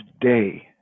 day